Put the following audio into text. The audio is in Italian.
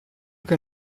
che